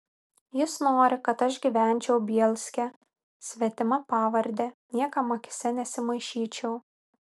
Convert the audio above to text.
jis nori kad aš gyvenčiau bielske svetima pavarde niekam akyse nesimaišyčiau